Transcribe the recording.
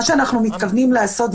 מה שאנחנו מתכוונים לעשות,